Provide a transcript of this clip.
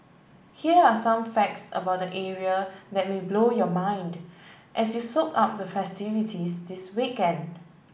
here are some facts about the area that may blow your mind as you soak up the festivities this weekend